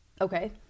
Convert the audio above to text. Okay